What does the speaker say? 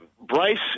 Bryce